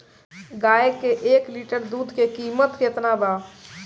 गाय के एक लिटर दूध के कीमत केतना बा?